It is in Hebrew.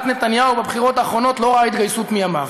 נתניהו בבחירות האחרונות לא ראה התגייסות מימיו.